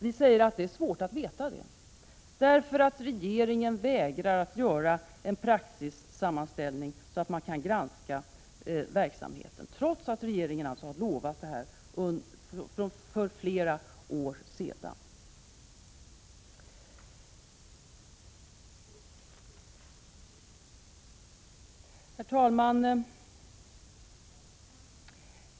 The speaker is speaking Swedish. Vi säger att det är svårt att veta det eftersom regeringen vägrar att göra en praxissammanställning, så att det går att granska verksamheten — trots att regeringen gett löfte om detta för flera år sedan. Herr talman!